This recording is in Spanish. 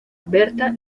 berta